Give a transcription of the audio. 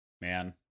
Man